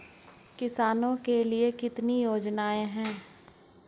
किसानों के लिए कितनी योजनाएं हैं?